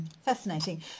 Fascinating